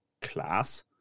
class